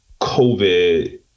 COVID